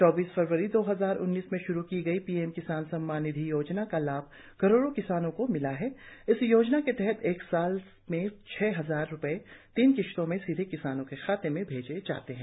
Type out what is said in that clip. चौबीस फरवरी दो हजार उन्नीस में शुरू की गई पीएम किसान सम्मान निधि योजना का लाभ करोड़ों किसानों को मिला है इस योजना के तहत एक साल में छह हजार रुपये तीन किश्तों में सीधे किसानों के खाते में भेजे जाते हैं